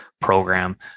program